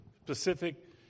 specific